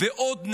ועוד נטל.